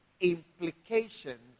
implications